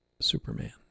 Superman